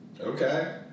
Okay